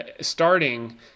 starting